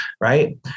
right